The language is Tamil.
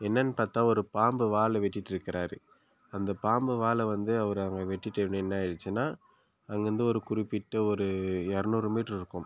என்னென்னு பார்த்தா ஒரு பாம்பு வாலு வெட்டிகிட்டு இருக்கிறாரு அந்த பாம்பு வாலை வந்து அவரு அங்கே வெட்டிகிட்டே அப்படி என்ன ஆகிடுச்சுனா அங்கே இருந்து ஒரு குறிப்பிட்ட ஒரு இரநூறு மீட்டர் இருக்கும்